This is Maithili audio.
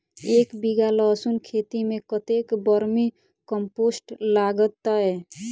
एक बीघा लहसून खेती मे कतेक बर्मी कम्पोस्ट लागतै?